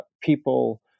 people